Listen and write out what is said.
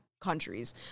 countries